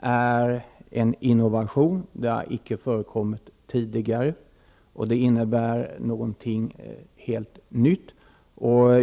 är en innovation. Det har icke förekommit tidigare, och det innebär något helt nytt.